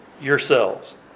yourselves